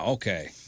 Okay